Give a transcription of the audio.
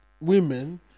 women